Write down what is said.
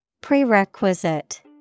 Prerequisite